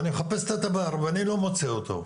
ואני מחפש את התב"ר ואני לא מוצא אותו.